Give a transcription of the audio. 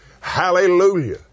Hallelujah